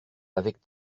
avec